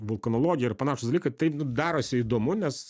vulkanologija ir panašūs dalykai tai darosi įdomu nes